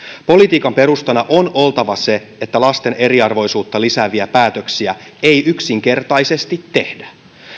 politiikan perustana on oltava se että lasten eriarvoisuutta lisääviä päätöksiä ei yksinkertaisesti tehdä